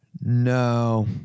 No